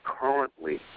currently